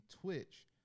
Twitch